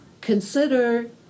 consider